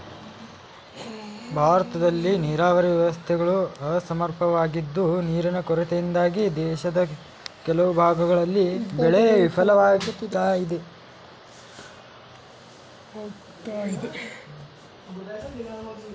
ಭಾರತದಲ್ಲಿ ನೀರಾವರಿ ವ್ಯವಸ್ಥೆಗಳು ಅಸಮರ್ಪಕವಾಗಿದ್ದು ನೀರಿನ ಕೊರತೆಯಿಂದಾಗಿ ದೇಶದ ಕೆಲವು ಭಾಗಗಳಲ್ಲಿ ಬೆಳೆ ವಿಫಲವಾಗಯ್ತೆ